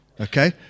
okay